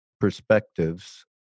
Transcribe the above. perspectives